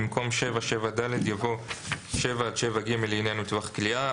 במקום "7-7ד" יבוא "7 עד 7ג" לעניין מטווח קליעה",